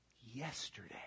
yesterday